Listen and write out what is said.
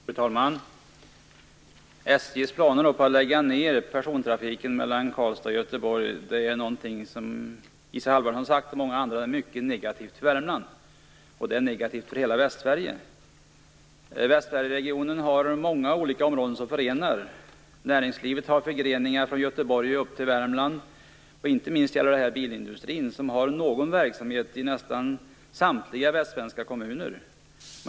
Fru talman! SJ:s planer på att lägga ned persontrafiken mellan Karlstad och Göteborg är, som Isa Halvarsson och många andra har sagt, mycket negativt för Värmland, och det är negativt för hela Västsverigeregionen har många olika områden som förenar. Näringslivet har förgreningar från Göteborg upp till Värmland. Det gäller inte minst bilindustrin, som har någon verksamhet i nästan samtliga västsvenska kommuner.